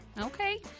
Okay